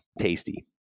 Tasty